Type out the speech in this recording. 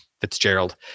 Fitzgerald